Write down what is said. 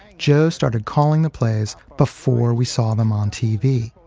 joe started calling the plays before we saw them on tv.